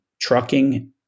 trucking